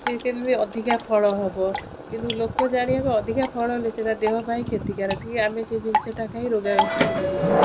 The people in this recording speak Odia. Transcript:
ସେ କେମିତି ଅଧିକା ଫଳ ହେବ କିନ୍ତୁ ଲୋକ ଜାଣିବାକୁ ଅଧିକ ଫଳ ହେଲେ ସେଇଟା ଦେହ ପାଇଁ କ୍ଷତିକାରକ ଆମେ ସେ ଜିନିଷଟା ଖାଇ ରୋଗ ଅବସ୍ଥାରେ ପଡ଼ିବୁ